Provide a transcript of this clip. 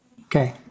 Okay